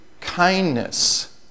kindness